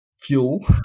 fuel